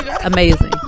amazing